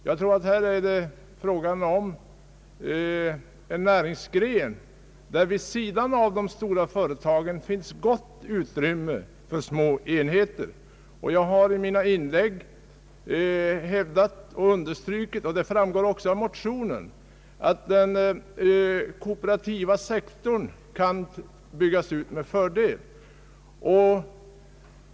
Det är här fråga om en nä ringsgren där det vid sidan av de stora företagen finns gott utrymme för små enheter. Jag har i mina inlägg hävdat och understrukit — och det framgår också av motionen — att den kooperativa sektorn med fördel kan byggas ut.